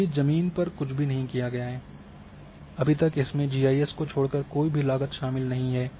अभी जमीन पर कुछ भी नहीं किया गया है अभी तक इसमें जी आई एस को छोड़कर कोई भी लागत शामिल नहीं है